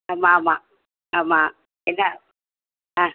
ஆமாம் ஆமாம் ஆமாம் என்ன ஆ